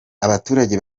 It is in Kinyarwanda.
abaturage